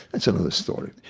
that's another story.